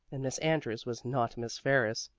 and miss andrews was not miss ferris.